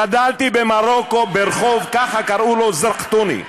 גדלתי במרוקו ברחוב, ככה קראו לו, זרקתוני,